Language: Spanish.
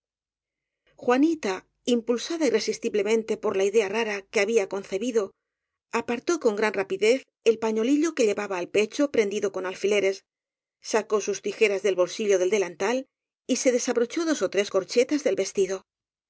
juanita impulsada irresistiblemente por la idea rara que había concebido apartó con gran rapidez el pañolillo que llevaba al pecho prendido con al fileres sacó sus tijeras del bolsillo del delantal y se desabrochó dos ó tres corchetas del vestido